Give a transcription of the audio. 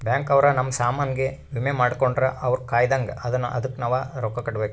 bank ಅವ್ರ ನಮ್ ಸಾಮನ್ ಗೆ ವಿಮೆ ಮಾಡ್ಕೊಂಡ್ರ ಅವ್ರ ಕಾಯ್ತ್ದಂಗ ಅದುನ್ನ ಅದುಕ್ ನವ ರೊಕ್ಕ ಕಟ್ಬೇಕು